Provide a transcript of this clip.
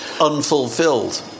unfulfilled